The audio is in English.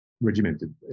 regimented